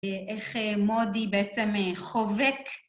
איך מודי בעצם חובק.